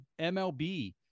MLB